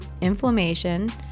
inflammation